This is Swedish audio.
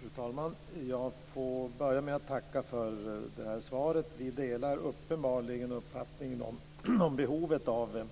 Fru talman! Jag vill börja med att tacka för svaret. Vi delar uppenbarligen uppfattningen om behovet av